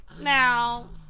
now